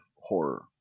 horror